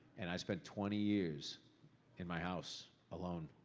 and i spent twenty years in my house, alone,